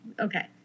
Okay